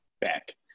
back